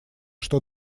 что